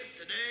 Today